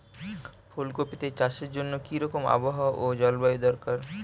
ফুল কপিতে চাষের জন্য কি রকম আবহাওয়া ও জলবায়ু দরকার?